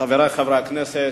חברי חברי הכנסת,